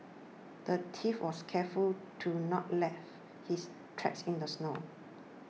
the thief was careful to not left his tracks in the snow